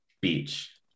beach